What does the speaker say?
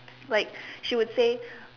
like she would say